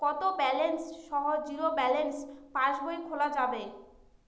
কত ব্যালেন্স সহ zero balance পাসবই খোলা যাবে?